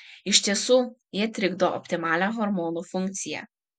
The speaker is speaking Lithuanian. iš tiesų jie trikdo optimalią hormonų funkciją